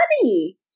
money